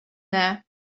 there